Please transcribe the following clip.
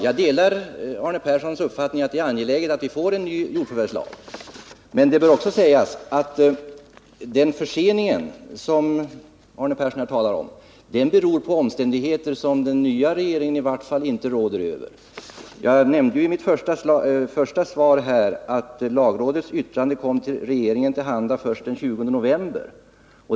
Jag delar Arne Perssons uppfattning att det är angeläget att vi får en jordförvärvslag, men det bör också sägas att den försening som Arne Persson talar om beror på omständigheter som den nuvarande regeringen inte råder över. Jag nämnde i mitt första svar att lagrådets yttrande kom regeringen till handa först den 20 november.